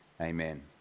amen